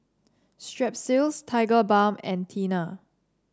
Strepsils Tigerbalm and Tena